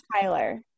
Tyler